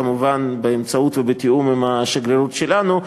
כמובן באמצעות ובתיאום עם השגרירות שלנו,